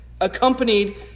accompanied